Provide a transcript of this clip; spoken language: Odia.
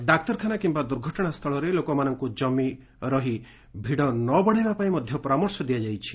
ଡାକ୍ତରଖାନା କିମ୍ବା ଦୁର୍ଘଟଣାସ୍ଥଳରେ ଲୋକମାନଙ୍କୁ କମି ରହି ଭିଡ଼ ନ ବଢ଼ାଇବାପାଇଁ ମଧ୍ୟ ପରାମର୍ଶ ଦିଆଯାଇଛି